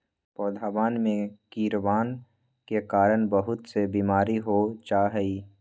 पौधवन में कीड़वन के कारण बहुत से बीमारी हो जाहई